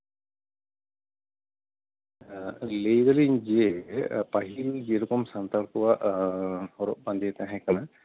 ᱞᱟᱹᱭ ᱫᱟ ᱞᱤᱧ ᱡᱮ ᱯᱟ ᱦᱤᱞ ᱡᱮᱨᱚᱠᱚᱢ ᱥᱟᱱᱛᱟᱲ ᱠᱚᱣᱟᱜ ᱦᱚᱨᱚᱜ ᱵᱟᱸᱫᱮ ᱛᱟᱦᱮᱸᱠᱟᱱᱟ